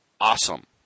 awesome